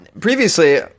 previously